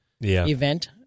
event